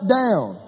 down